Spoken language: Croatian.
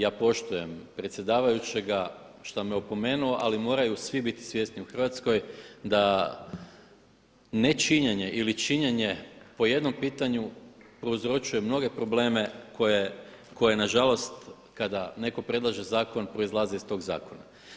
Ja poštujem predsjedavajućega što me je opomenuo, ali moraju svi biti svjesni u Hrvatskoj da nečinjenje ili činjenje po jednom pitanju prouzrokuje mnoge probleme koje nažalost kada netko predlaže zakon proizlaze iz tog zakona.